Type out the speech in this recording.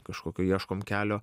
kažkokio ieškom kelio